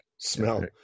smell